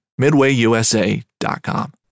MidwayUSA.com